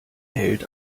hält